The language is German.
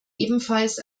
ebenfalls